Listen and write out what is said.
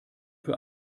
für